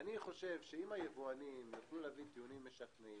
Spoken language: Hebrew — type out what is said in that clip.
אם היבואנים יוכלו להגיד מילים משכנעות,